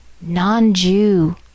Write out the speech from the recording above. non-Jew